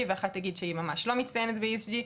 ואחת תגיד שהיא ממש לא מצטיינת ב-ESG,